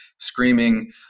screaming